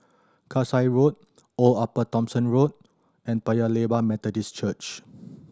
Kasai Road Old Upper Thomson Road and Paya Lebar Methodist Church